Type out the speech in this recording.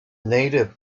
native